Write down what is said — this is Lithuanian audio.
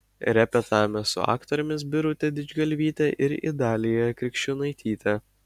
repetavome su aktorėmis birute didžgalvyte ir idalija krikščiūnaityte